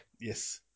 Yes